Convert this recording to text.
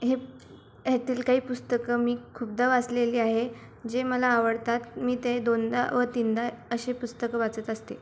हे ह्यातील काही पुस्तकं मी खूपदा वाचलेली आहे जे मला आवडतात मी ते दोनदा व तीनदा असे पुस्तकं वाचत असते